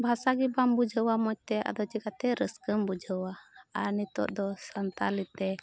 ᱵᱷᱟᱥᱟ ᱜᱮ ᱵᱟᱢ ᱵᱩᱡᱷᱟᱹᱣᱟ ᱢᱚᱡᱽᱛᱮ ᱟᱫᱚ ᱪᱤᱠᱟᱹᱛᱮ ᱨᱟᱹᱥᱠᱟᱹᱢ ᱵᱩᱡᱷᱟᱹᱣᱟ ᱟᱨ ᱱᱤᱛᱚᱜ ᱫᱚ ᱥᱟᱱᱛᱟᱞᱤᱛᱮ